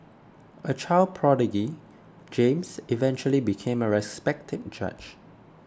a child prodigy James eventually became a respected judge